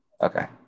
Okay